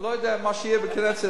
לא יודע מה יהיה בקדנציה.